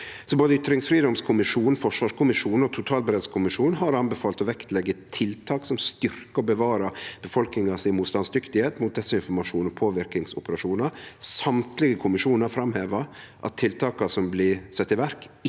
Både ytringsfridomskommisjonen, forsvarskommisjonen og totalberedskapskommisjonen har anbefalt å leggje vekt på tiltak som styrkjer og bevarer befolkninga si motstandsdyktigheit mot desinformasjon og påverkingsoperasjonar. Alle kommisjonane har framheva at tiltaka som blir sette i verk,